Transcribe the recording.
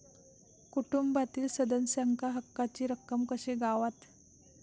कुटुंबातील सदस्यांका हक्काची रक्कम कशी गावात?